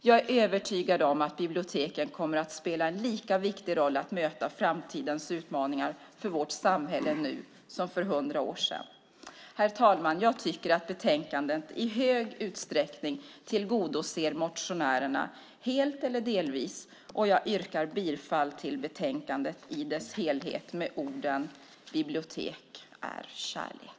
Jag är övertygad om att biblioteken kommer att spela en lika viktig roll för att möta framtidens utmaningar för vårt samhälle nu som för hundra år sedan. Herr talman! Jag tycker att betänkandet i stor utsträckning tillgodoser motionärerna helt eller delvis, och jag yrkar bifall till förslaget i dess helhet i betänkandet med orden: bibliotek är kärlek.